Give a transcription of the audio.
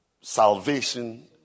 salvation